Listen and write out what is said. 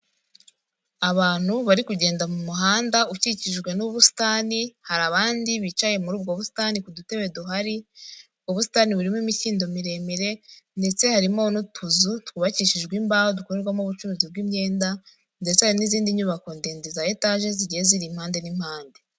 Abantu bari kugenda mu muhanda ukikijwe n'ubusitani, hari abandi bicaye muri ubwo busitani ku dutebe duhari, ubusitani burimo imikindo miremire, ndetse harimo n'utuzu twubakishijwe imbaho dukorerwamo ubucuruzi bw'imyenda, ndetse hari n'izindi nyubako ndende za etaje zigiye ziri impande n'impande.